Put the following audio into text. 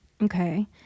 okay